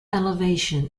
elevation